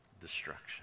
destruction